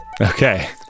Okay